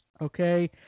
Okay